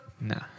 No